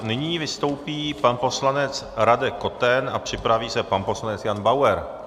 Nyní vystoupí pan poslanec Radek Koten a připraví se pan poslanec Jan Bauer.